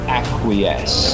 acquiesce